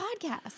podcast